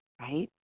Right